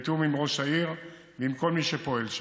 בתיאום עם ראש העיר ועם כל מי שפועל שם.